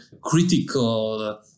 critical